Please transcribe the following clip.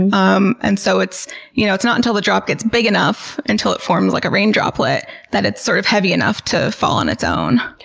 um and so you know it's not until the drop gets big enough, until it forms like a rain droplet that it's sort of heavy enough to fall on its own.